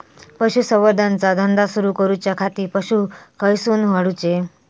पशुसंवर्धन चा धंदा सुरू करूच्या खाती पशू खईसून हाडूचे?